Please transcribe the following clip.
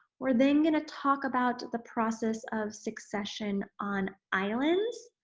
we're then going to talk about the process of succession on islands,